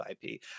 IP